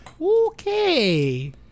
Okay